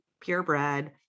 purebred